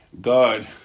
God